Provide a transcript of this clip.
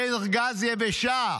באר גז יבשה,